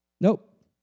Nope